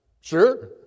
Sure